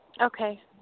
Okay